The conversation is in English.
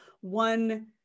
one